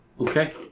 Okay